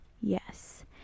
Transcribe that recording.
Yes